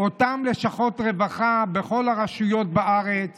אותן לשכות רווחה בכל הרשויות בארץ